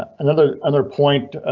another another point.